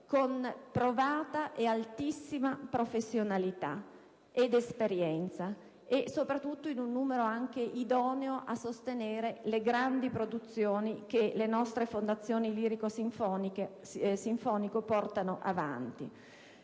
con provata e altissima professionalità ed esperienza in un numero idoneo a sostenere le grandi produzioni che le nostre fondazioni lirico-sinfoniche portano avanti.